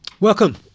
Welcome